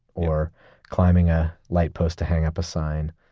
or climbing a light post to hang up a sign,